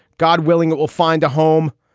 god willing, it will find a home.